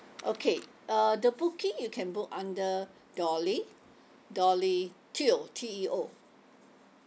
okay uh the booking you can book under dolly dolly teo T E O